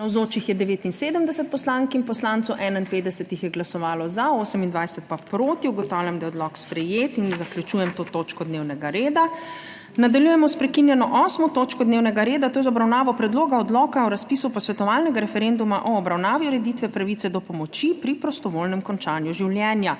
51 jih je glasovalo za, 28 pa proti. (Za je glasovalo 51.) (Proti 28.) Ugotavljam, da je odlok sprejet. Zaključujem to točko dnevnega reda. Nadaljujemo **s prekinjeno 8. točko dnevnega reda, to je z obravnavo Predloga odloka o razpisu posvetovalnega referenduma o obravnavi ureditve pravice do pomoči pri prostovoljnem končanju življenja.**